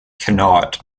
cannot